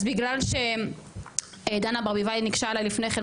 אז בגלל שדנה ברביבאי ניגשה אליי לפני כן,